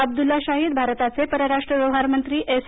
अब्दुल्ला शाहीद भारताचे परराष्ट्र व्यवहार मंत्री एस